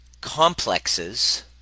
complexes